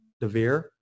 DeVere